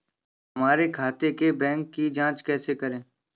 हमारे खाते के बैंक की जाँच कैसे करें?